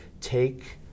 take